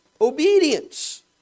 obedience